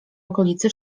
okolicy